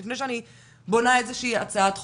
לפני שאני בונה איזושהי הצעת חוק,